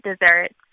desserts